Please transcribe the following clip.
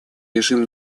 режим